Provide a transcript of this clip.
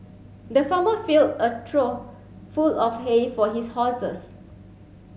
the farmer filled a trough full of hay for his horses